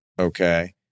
okay